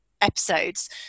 Episodes